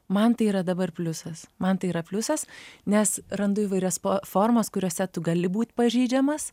man tai yra dabar pliusas man tai yra pliusas nes randu įvairias formas kuriose tu gali būt pažeidžiamas